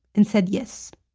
and said yes